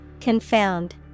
Confound